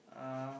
uh